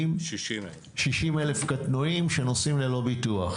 60,000 קטנועים שנוסעים ללא ביטוח.